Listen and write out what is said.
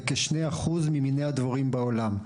וכשני אחוז ממני הדבורים בעולם.